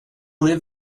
live